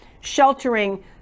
sheltering